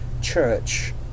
church